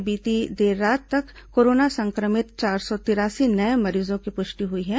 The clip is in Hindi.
प्रदेश में बीती देर रात तक कोरोना संक्रमित चार सौ तिरासी नये मरीजों की पुष्टि हुई थी